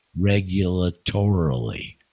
regulatorily